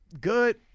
Good